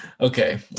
okay